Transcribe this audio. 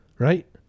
right